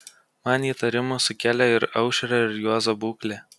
man įtarimų sukėlė ir aušrio ir juozo būklė